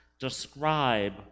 describe